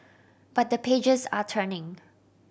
but the pages are turning